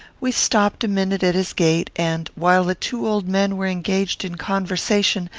we stopped a minute at his gate and, while the two old men were engaged in conversation,